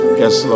yes